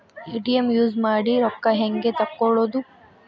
ATM use ಮಾಡಿ ರೊಕ್ಕ ಹೆಂಗೆ ತಕ್ಕೊಳೋದು?